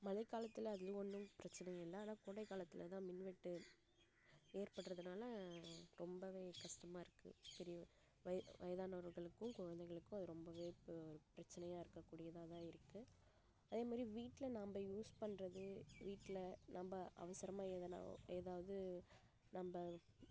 மழைக்காலத்தில் அதில் ஒன்றும் பிரச்சனை இல்லை ஆனால் கோடைக்காலத்தில் தான் மின்வெட்டு ஏற்படுறதுனால ரொம்ப கஷ்டமாக இருக்கு பெரியவர் வயதானவர்களுக்கும் குழந்தைகளுக்கும் அது ரொம்ப இப்போ பிரச்சனையாக இருக்கக்கூடியதாக தான் இருக்கு அதேமாதிரி வீட்டில் நாம் யூஸ் பண்ணுறது வீட்டில் நம்ம அவசரமாக எதுனா ஏதாவது நம்ம